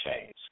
chains